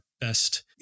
best